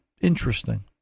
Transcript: interesting